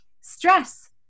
Stress